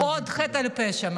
עוד חטא על פשע,